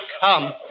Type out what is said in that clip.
come